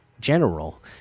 general